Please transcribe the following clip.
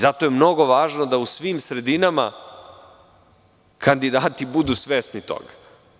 Zato je mnogo važno da u svim sredinama kandidati budu svesni toga.